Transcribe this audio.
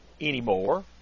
anymore